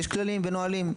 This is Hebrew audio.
יש כללים ונהלים.